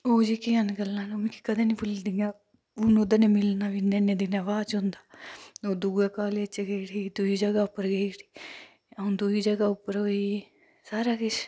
ओह् जेह्कियां गल्लां न मिगी कदें निं भुल्ल दियां न ओह्दे नै मिलना बी हून इन्ने इन्ने दिनें बाद होंदा ओह् दूए कॉलेज गेई उठी अ'ऊं दूई जगह् उप्पर गेई उठी सारा किश